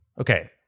Okay